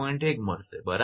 1 થશે બરાબર